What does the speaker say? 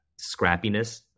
scrappiness